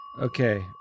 Okay